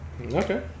okay